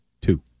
Two